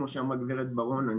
כמו שאמרה גב' בראון,